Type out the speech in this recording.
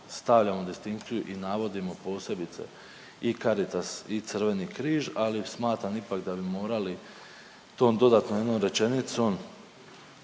stavljamo distinkciju i navodimo posebice i Caritas i Crveni križ, ali smatram ipak da bi morali tom dodatnom jednom rečenicom